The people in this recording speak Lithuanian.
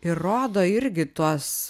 ir rodo irgi tuos